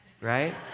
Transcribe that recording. right